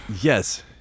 Yes